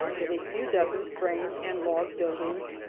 with a few dozen frame and log buildings,